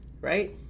right